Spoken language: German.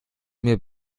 mir